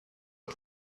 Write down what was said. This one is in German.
die